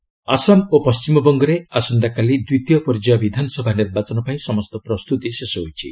election Assam ଓ ପଶ୍ଚିମବଙ୍ଗରେ ଆସନ୍ତାକାଲି ଦ୍ୱିତୀୟ ପର୍ଯ୍ୟାୟ ବିଧାନସଭା ନିର୍ବାଚନ ପାଇଁ ସମସ୍ତ ପ୍ରସ୍ତୁତି ଶେଷ ହୋଇଛି